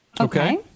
Okay